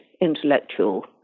intellectual